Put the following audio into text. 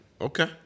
Okay